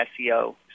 SEO